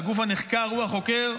שהגוף הנחקר הוא החוקר,